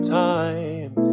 time